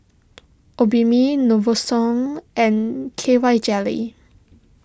Obimin Novosource and K Y Jelly